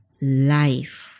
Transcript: life